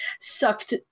sucked